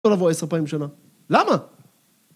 ‫לא לבוא עשר פעמים בשנה. ‫למה?